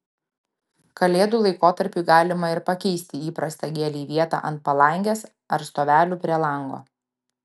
kalėdų laikotarpiui galima ir pakeisti įprastą gėlei vietą ant palangės ar stovelių prie lango